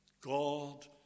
God